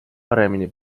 paremini